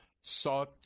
sought